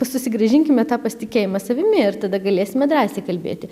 susigrąžinkime tą pasitikėjimą savimi ir tada galėsime drąsiai kalbėti